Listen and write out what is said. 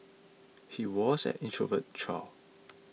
he was an introverted child